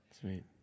Sweet